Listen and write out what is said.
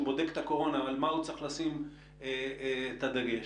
בודק את הקורונה ועל מה הוא צריך לשים את הדגש?